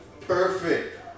Perfect